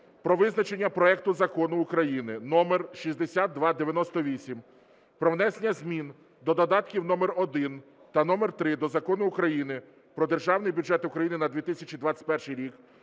про визначення проекту Закону України (№ 6298) про внесення змін до додатків № 1 та № 3 до Закону України "Про Державний бюджет України на 2021 рік"